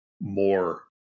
more